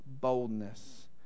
boldness